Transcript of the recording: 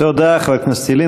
תודה, חבר הכנסת ילין.